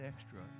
extra